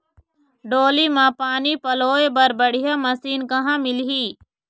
डोली म पानी पलोए बर बढ़िया मशीन कहां मिलही?